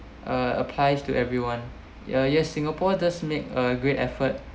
uh applies to everyone uh yes singapore does make a great effort